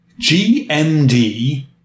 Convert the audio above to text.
GMD